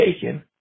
taken